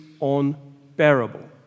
unbearable